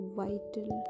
vital